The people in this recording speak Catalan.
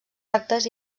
actes